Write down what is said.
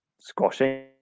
squashing